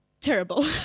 terrible